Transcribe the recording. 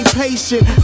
patient